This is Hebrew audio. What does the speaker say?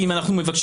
אני לומד מרבותיי.